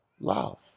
Love